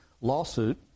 lawsuit